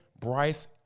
Bryce